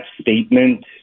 statement